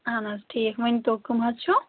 اَہَن حظ ٹھیٖک ؤنۍ تَو کٕم حظ چھِو